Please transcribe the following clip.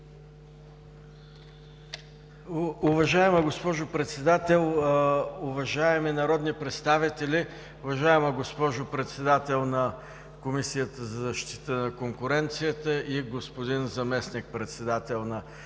Уважаема госпожо Председател, уважаеми народни представители, уважаема госпожо Председател на Комисията за защита на конкуренцията и господин Заместник председател на КЗК! Правя реплика,